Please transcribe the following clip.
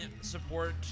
support